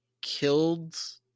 killed